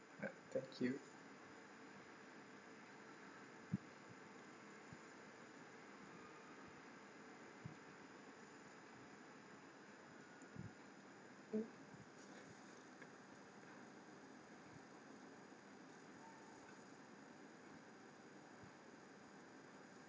thank you